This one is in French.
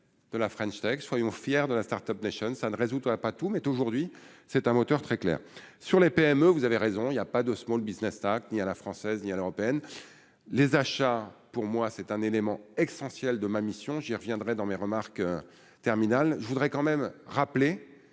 de la French Tech, soyons fiers de la Start-Up nation ça ne résoudra pas tout, mais aujourd'hui c'est un moteur très clair sur les PME, vous avez raison, il y a pas de Small Business ni à la française, ni à l'européenne, les achats, pour moi, c'est un élément ex-sensuelle de ma mission, j'y reviendrai dans mes remarques terminal je voudrais quand même rappeler